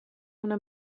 una